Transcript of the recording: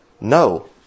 No